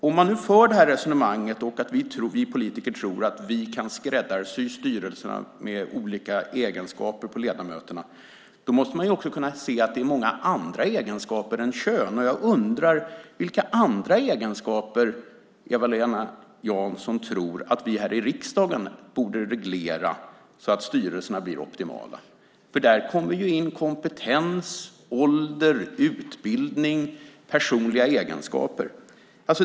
Om man nu för resonemanget att vi politiker kan skräddarsy styrelserna med olika egenskaper hos ledamöterna måste man också kunna se att det är många andra egenskaper än kön som det kan handla om. Jag undrar vilka andra egenskaper som Eva-Lena Jansson tycker att vi här i riksdagen borde reglera så att styrelserna blir optimala. Där kommer in kompetens, ålder, utbildning och personliga egenskaper.